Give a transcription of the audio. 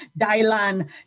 Dylan